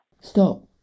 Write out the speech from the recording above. Stop